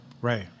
Right